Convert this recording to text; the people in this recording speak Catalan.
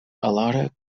alhora